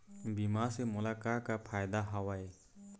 बीमा से मोला का का फायदा हवए?